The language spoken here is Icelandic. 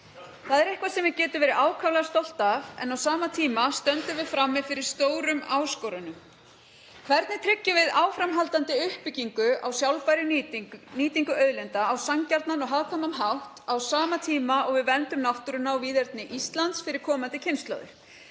Það er eitthvað sem við getum verið ákaflega stolt af. En á sama tíma stöndum við frammi fyrir stórum áskorunum. Hvernig tryggjum við áframhaldandi uppbyggingu á sjálfbærri nýtingu auðlinda á sanngjarnan og hagkvæman hátt á sama tíma og við verndum náttúruna og víðerni Íslands fyrir komandi kynslóðir?